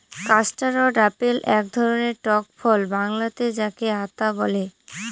custard apple এক ধরনের টক ফল বাংলাতে যাকে আঁতা বলে